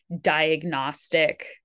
diagnostic